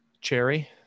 Cherry